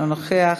אינו נוכח,